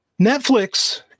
netflix